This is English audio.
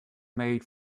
made